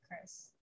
Chris